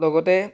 লগতে